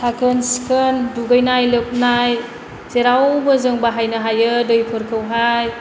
साखोन सिखोन दुगैनाय लोबनाय जेरावबो जों बाहायनो हायो दैफोरखौहाय